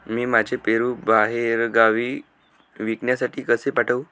मी माझे पेरू बाहेरगावी विकण्यासाठी कसे पाठवू?